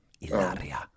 Ilaria